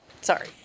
sorry